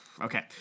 Okay